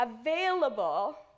available